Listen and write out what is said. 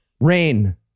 Rain